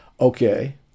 Okay